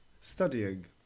studying